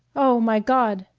oh, my god!